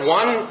one